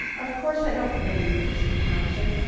of course, i don't blame you, mr. thompson,